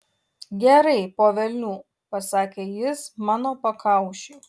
gerai po velnių pasakė jis mano pakaušiui